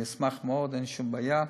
אני אשמח מאוד, אין שום בעיה.